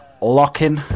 Locking